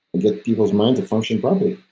get peoples' minds to function properly.